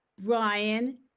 Brian